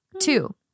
Two